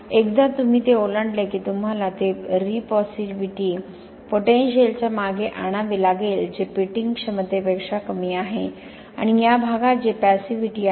एकदा तुम्ही ते ओलांडले की तुम्हाला ते री पॅसिव्हिटी पोटेंशिअलच्या मागे आणावे लागेल जे पिटिंग क्षमतेपेक्षा कमी आहे आणि या भागात जे पॅसिव्हिटी आहे